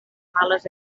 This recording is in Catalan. males